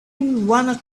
wanna